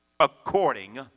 According